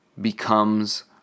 becomes